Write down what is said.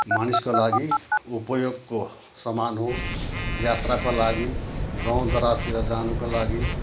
मानिसको लागि उपयोगको सामान हो यात्राको लागि गाउँ दराजतिर जानुको लागि